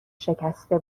شکسته